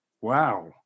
Wow